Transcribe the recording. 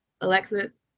Alexis